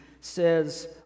says